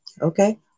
Okay